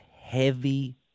heavy